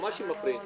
ממש הם מפריעים.